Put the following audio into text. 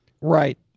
Right